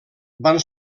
van